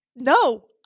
No